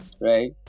right